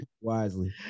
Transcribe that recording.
Wisely